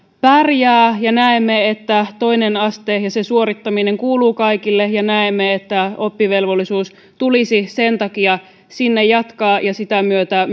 pärjää ja näemme että toinen aste ja sen suorittaminen kuuluu kaikille ja näemme että oppivelvollisuutta tulisi sen takia sinne jatkaa ja sen myötä